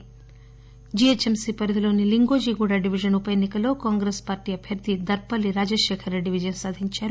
Lingojiguda GHMC పరిధిలోని Lingojiguda division ఉపఎన్ని కలో కాంగ్రెస్ పార్లీ అభ్యర్థి దర్పల్లి రాజశేఖర్ రెడ్డి విజయం సాధించారు